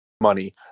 money